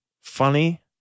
funny